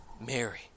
Mary